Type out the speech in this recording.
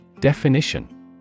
Definition